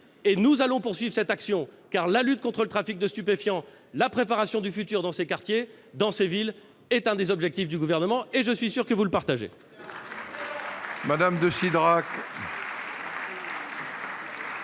que nous allons poursuivre. La lutte contre le trafic de stupéfiants, la préparation du futur dans ces quartiers, dans ces villes, sont les objectifs du Gouvernement, et je suis sûr que vous les partagez.